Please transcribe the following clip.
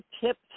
tips